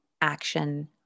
action